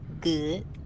Good